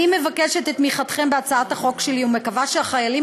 אני מבקשת את תמיכתכם בהצעת החוק שלי ומקווה שהחיילים